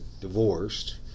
divorced